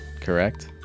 correct